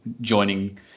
joining